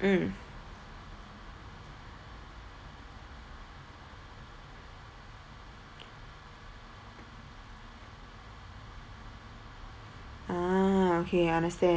mm ah okay I understand